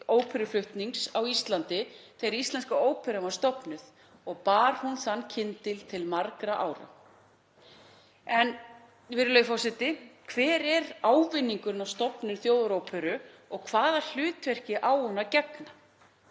óperuflutnings á Íslandi þegar Íslenska óperan var stofnuð og bar hún þennan kyndil til margra ára. En hver er ávinningurinn af stofnun Þjóðaróperu og hvaða hlutverki á hún að gegna?